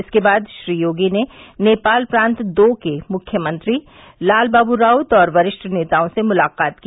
इसके बाद श्री योगी ने नेपाल के प्रांत दो के मुख्यमंत्री लालबाबू राऊत और वरिष्ठ नेताओं से मुलाकात की